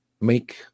make